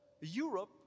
Europe